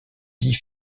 dix